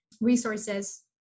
resources